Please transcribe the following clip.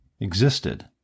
existed